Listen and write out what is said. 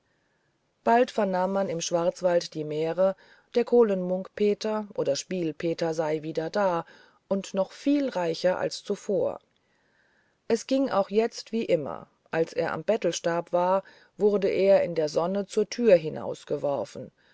bald vernahm man im schwarzwald die märe der kohlen munk peter oder spiel peter sei wieder da und noch viel reicher als zuvor es ging auch jetzt wie immer als er am bettelstab war wurde er in der sonne zur türe hinausgeworfen